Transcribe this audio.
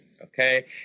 Okay